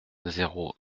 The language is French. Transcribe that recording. zéro